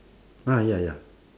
ah ya ya